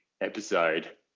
episode